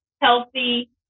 healthy